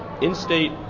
in-state